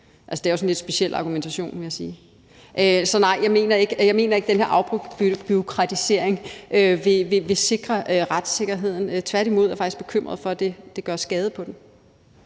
det er jo sådan en lidt speciel argumentation, vil jeg sige. Så nej, jeg mener ikke, at den her afbureaukratisering vil sikre retssikkerheden. Tværtimod er jeg faktisk bekymret for, at det gør skade på den.